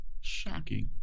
Shocking